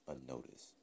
unnoticed